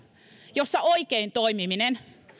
jossa oikein toimiminen